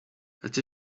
het